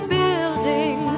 building